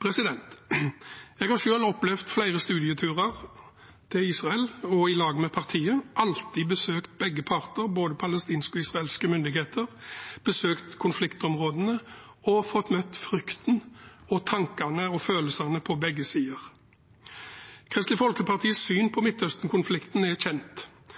Jeg har selv opplevd flere studieturer til Israel og sammen med partiet alltid besøkt begge parter, både palestinske og israelske myndigheter, besøkt konfliktområdene og fått møte frykten, tankene og følelsene på begge sider. Kristelig Folkepartis syn på Midtøsten-konflikten er kjent,